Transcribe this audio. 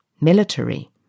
Military